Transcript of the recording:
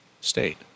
state